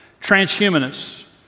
Transhumanists